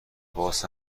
باز